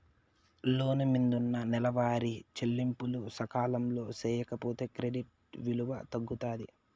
లోను మిందున్న నెలవారీ చెల్లింపులు సకాలంలో సేయకపోతే క్రెడిట్ విలువ తగ్గుతాది